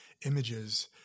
images